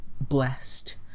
blessed